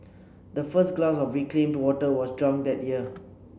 the first glass of reclaimed water was drunk that year